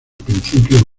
principio